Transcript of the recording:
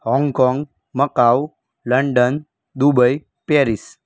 Hong Kong Macao London Dubai Paris